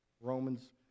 Romans